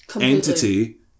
entity